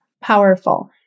Powerful